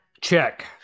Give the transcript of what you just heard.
Check